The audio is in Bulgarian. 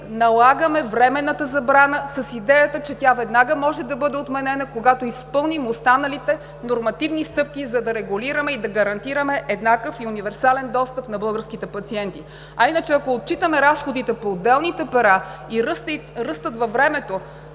налагаме временната забрана с идеята, че тя веднага може да бъде отменена, когато изпълним останалите нормативни стъпки, за да регулираме и да гарантираме еднакъв и универсален достъп на българските пациенти. А иначе, ако отчитаме разходите по отделните пера и ръстът във времето